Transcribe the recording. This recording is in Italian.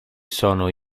sono